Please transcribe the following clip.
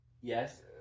Yes